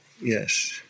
yes